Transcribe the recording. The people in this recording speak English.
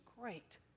great